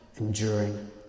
enduring